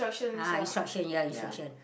ah instruction ya instruction